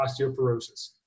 osteoporosis